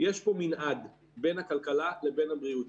יש פה מנעד בין הכלכלה לבין הבריאות.